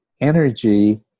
energy